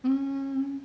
um